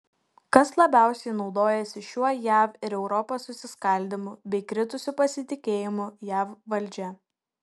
kas labiausiai naudojasi šiuo jav ir europos susiskaldymu bei kritusiu pasitikėjimu jav valdžia